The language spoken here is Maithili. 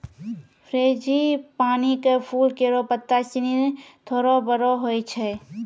फ़्रेंजीपानी क फूल केरो पत्ता सिनी थोरो बड़ो होय छै